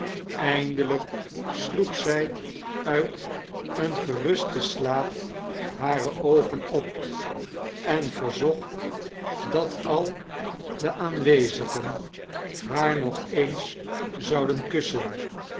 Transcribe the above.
eindelijk sloeg zij uit een gerusten slaap hare oogen op en verzocht dat al de aanwezigen haar nog eens zouden kussen